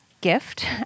gift